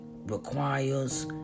requires